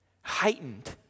heightened